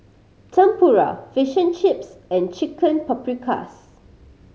Tempura Fish and Chips and Chicken Paprikas